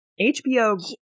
HBO